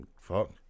fuck